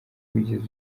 wigeze